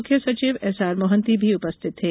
मुख्य सचिव एसआरमोहंती भी उपस्थित थे